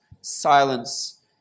silence